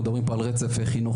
מדובר פה על רצף חינוכי,